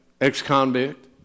ex-convict